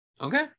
Okay